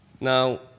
Now